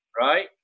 right